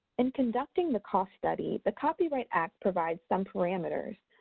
in conducting the cost study, the copyright act provides some parameters.